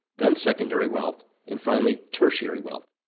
then secondary wealth, and finally tertiary wealth.